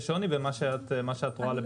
זה מה שאתם רואים אצלכם